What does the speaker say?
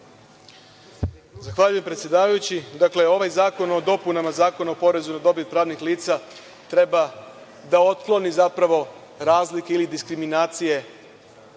Zahvaljujem predsedavajući. Dakle, ovaj zakon o dopunama Zakona o porezu na dobit pravnih lica treba da otkloni zapravo razlike i diskriminacije